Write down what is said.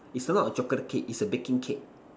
is a lot of chocolate cake is a baking cake